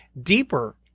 deeper